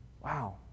Wow